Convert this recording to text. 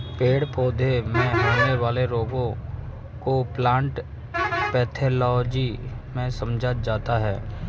पेड़ पौधों में होने वाले रोगों को प्लांट पैथोलॉजी में समझा जाता है